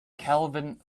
kelvin